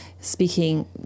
speaking